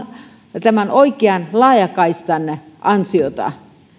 tämän oikean laajakaistan ansiota